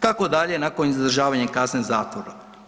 Kako dalje nakon izdržavanja kazne zatvora?